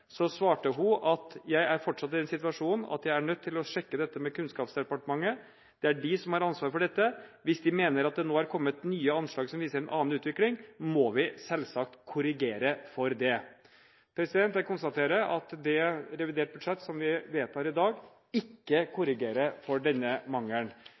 svarte hun: «Jeg er fortsatt i den situasjon at jeg er nødt til å sjekke dette med Kunnskapsdepartementet. Det er de som har ansvar for dette. Hvis de mener at det nå er kommet nye anslag som viser en annen utvikling, må vi selvsagt korrigere for det.» Jeg konstaterer at det reviderte budsjettet som vi vedtar i dag, ikke korrigerer for denne mangelen,